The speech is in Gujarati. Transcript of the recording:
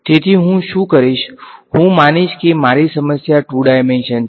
તેથી હું શું કરીશ હું માનીશ કે મારી સમસ્યા ટુ ડાઈમેંશન છે